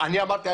אני אמרתי,